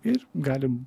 ir galim